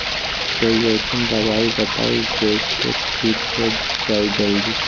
कोई अईसन दवाई बताई जे से ठीक हो जई जल्दी?